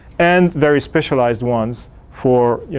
and very specialized ones for, you